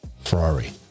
Ferrari